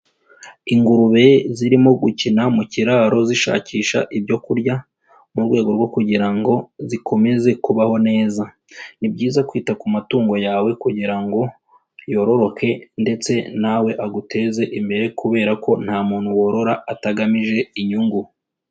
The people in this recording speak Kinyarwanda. Ingurube zirimo gukina mu kiraro zishakisha ibyo kurya mu rwego rwo kugira ngo zikomeze kubaho neza, ni byiza kwita ku matungo yawe kugira ngo yororoke ndetse nawe aguteze imbere kubera ko nta muntu worora atagamije inyungu.